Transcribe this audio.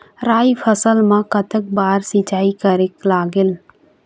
राई फसल मा कतक बार सिचाई करेक लागेल?